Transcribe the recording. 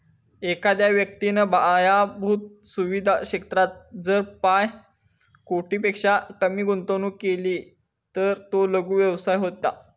एखाद्या व्यक्तिन पायाभुत सुवीधा क्षेत्रात जर पाच कोटींपेक्षा कमी गुंतवणूक केली तर तो लघु व्यवसायात येता